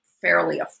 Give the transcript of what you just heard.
fairly